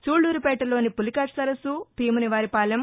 సూళ్లూరుపేటలోని పులికాట్ సరస్సు భీమునివారిపాలెం